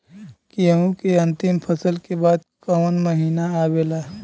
गेहूँ के अंतिम फसल के बाद कवन महीना आवेला?